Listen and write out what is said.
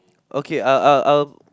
okay I'll I'll I'll